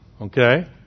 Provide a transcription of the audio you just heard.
okay